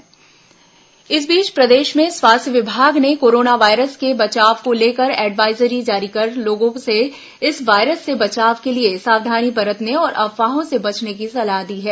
corona virus advisory इस बीच प्रदेश में स्वास्थ्य विभाग ने कोरोना वायरस से बचाव को लेकर एडवाइजरी जारी कर लोगों से इस वायरस से बचाव के लिए सावधानी बरतने और अफवाहों से बचने की सलाह दी है